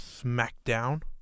SmackDown